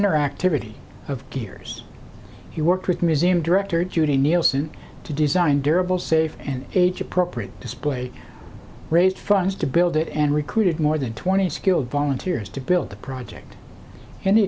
interactivity of gears he worked with museum director judy nielsen to design durable safe and age appropriate display raised funds to build it and recruited more than twenty skilled volunteers to build the project